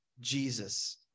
jesus